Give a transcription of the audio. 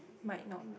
might not be